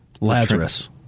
Lazarus